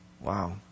wow